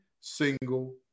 single